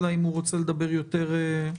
אלא אם הוא רוצה לדבר יותר מאוחר.